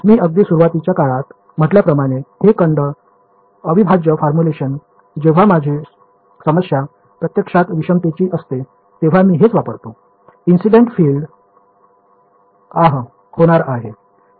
मी अगदी सुरुवातीच्या काळात म्हटल्याप्रमाणे हे खंड अविभाज्य फॉर्म्युलेशन जेव्हा माझी समस्या प्रत्यक्षात विषमतेची असते तेव्हा मी हेच वापरतो इंसिडेन्ट फील्ड आह होणार आहे